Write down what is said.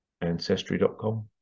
ancestry.com